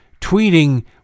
tweeting